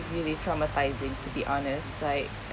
really traumatising to be honest like